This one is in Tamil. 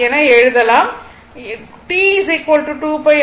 T 2π ஆகும்